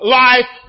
life